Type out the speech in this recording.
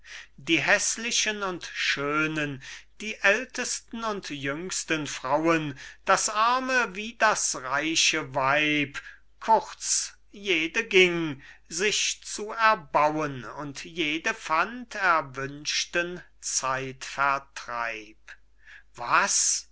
die häßlichen und schönen die ältesten und jüngsten frauen das arme wie das reiche weib kurz jede ging sich zu erbauen und jede fand erwünschten zeitvertreib was